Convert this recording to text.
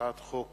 הצעת חוק